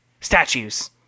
statues